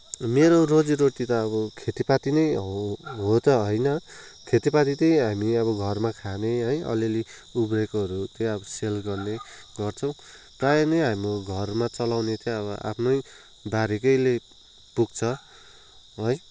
मेरो रोजिरोटी त अब खेतीपाती नै हो त होइन खेतीपाती त्यही हामी अब घरमा खाने है अलिअलि उब्रिएकोहरू त्यही अब सेल गर्ने गर्छौँ प्राय नै हामी घरमा चलाउने चाहिँ आफ्नै बारीकैले पुग्छ है